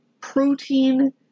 protein